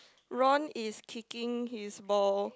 Ron is kicking his ball